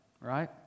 right